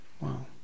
wow